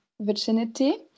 virginity